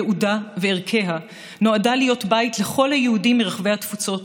ייעודה וערכיה נועדה להיות בית לכל היהודים מרחבי התפוצות,